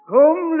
Come